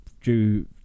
Due